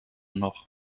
noch